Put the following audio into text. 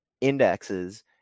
Indexes